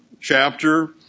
chapter